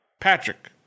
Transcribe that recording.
Patrick